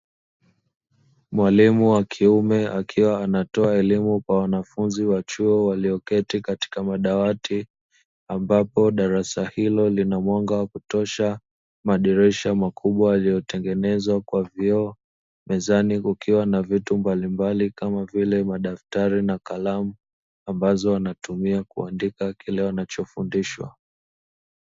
Mwalimu wa kiume akiwa anatoa elimu kwa wanafunzi wa chuo walioketi katika madawati ambapo darasa hilo lina mwanga wa kutosha, madirisha makubwa yaliyotengenezwa kwa vioo; mezani kukiwa na vitu mbalimbali kama vile madaktari na kalamu, ambazo wanatumia kuandika kile wanachofundishwa.